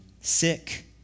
sick